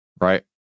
right